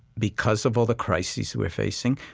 because of all the crises we're facing,